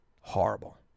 Horrible